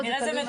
זה תלוי מתי.